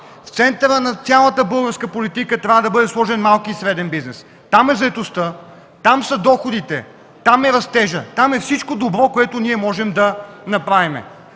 в центъра на цялата българска политика трябва да бъде сложен малкият и среден бизнес. Там е заетостта, там са доходите, там е растежът, там е всичко добро, което ние можем да направим.